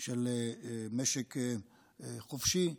של משק חופשי,